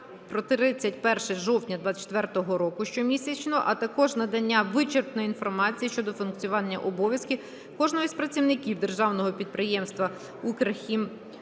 по 31 жовтня 24-го року (помісячно), а також надання вичерпної інформації щодо функціональних обов’язків кожного з працівників державного підприємства